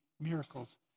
miracles